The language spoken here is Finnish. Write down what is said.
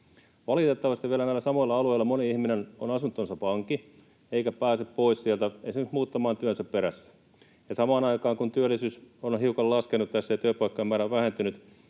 Valitettavasti vielä näillä samoilla alueilla moni ihminen on asuntonsa vanki eikä pääse pois sieltä esimerkiksi muuttamaan työnsä perässä. Samaan aikaan, kun työllisyys on hiukan laskenut ja työpaikkojen määrä on vähentynyt,